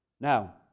Now